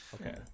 okay